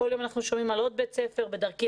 בכל יום אנחנו שומעים על עוד בית ספר בדרכי